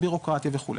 הבירוקרטיה וכולי.